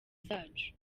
zacu